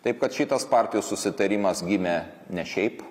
taip kad šitos partijos susitarimas gimė ne šiaip